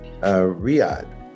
riyadh